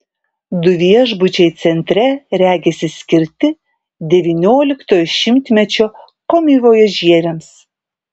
du viešbučiai centre regisi skirti devynioliktojo šimtmečio komivojažieriams